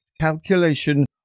calculation